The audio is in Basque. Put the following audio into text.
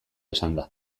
esanda